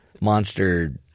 monster